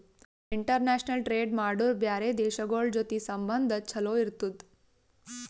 international trade ಮಾಡುರ್ ಬ್ಯಾರೆ ದೇಶಗೋಳ್ ಜೊತಿ ಸಂಬಂಧ ಛಲೋ ಇರ್ತುದ್